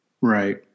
right